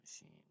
machine